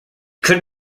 could